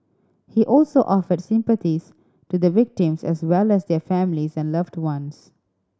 he also offered sympathies to the victims as well as their families and loved ones